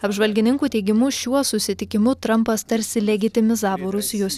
apžvalgininkų teigimu šiuo susitikimu trampas tarsi legitimizavo rusijos